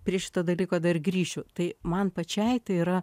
prie šito dalyko dar grįšiu tai man pačiai tai yra